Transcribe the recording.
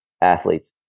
athletes